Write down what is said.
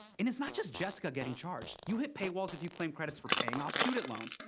and it's not just jessica getting charged. you hit paywalls if you claim credits for paying off student loans,